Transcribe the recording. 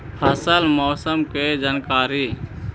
फसल मौसम के जानकारी?